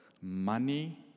money